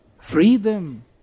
freedom